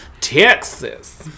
Texas